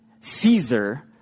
Caesar